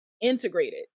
integrated